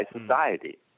society